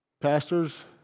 Pastors